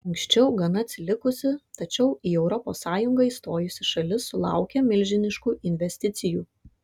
anksčiau gana atsilikusi tačiau į europos sąjungą įstojusi šalis sulaukia milžiniškų investicijų